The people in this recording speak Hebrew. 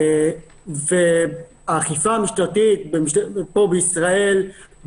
האכיפה המשטרתית בישראל,